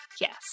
yes